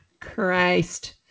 Christ